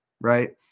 right